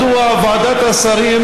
מדוע ועדת השרים,